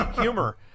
humor